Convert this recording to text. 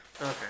Okay